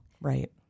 Right